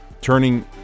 turning